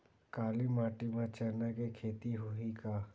काली माटी म चना के खेती होही का?